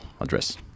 address